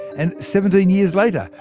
and seventeen years later,